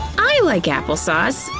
i like apple sauce.